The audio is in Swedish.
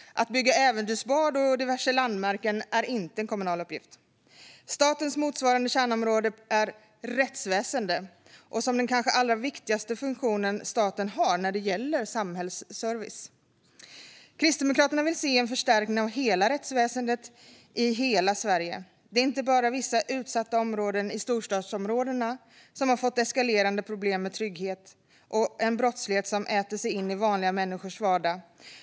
Att bygga äventyrsbad och diverse landmärken är inte en kommunal uppgift. Statens motsvarande kärnområde är rättsväsendet, som är den kanske allra viktigaste funktionen staten har när det gäller samhällsservice. Kristdemokraterna vill se en förstärkning av hela rättsväsendet i hela Sverige. Det är inte bara vissa utsatta områden i storstadsområdena som har fått eskalerande problem med trygghet och en brottslighet som äter sig in i vanliga människors vardag.